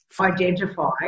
identify